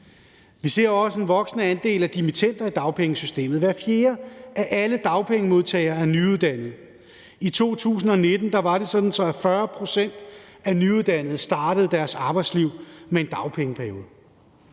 Vi ser også en voksende andel af dimittender i dagpengesystemet. Hver fjerde af alle dagpengemodtagere er nyuddannet. I 2019 var det sådan, at 40 pct. af nyuddannede startede deres arbejdsliv med en dagpengeperiode.